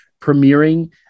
premiering